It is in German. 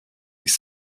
sich